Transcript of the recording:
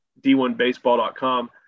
D1Baseball.com